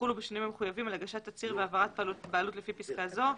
יחולו בשינויים המחויבים על הגשת תצהיר והעברת בעלות לפי פסקה זו".